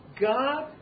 God